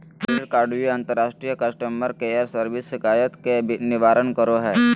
credit कार्डव्यू अंतर्राष्ट्रीय customer care service शिकायत के निवारण करो हइ